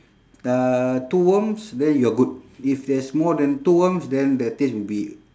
uh two worms then you are good if there's more than two worms then the taste will be